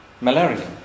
malaria